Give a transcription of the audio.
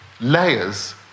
layers